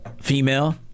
female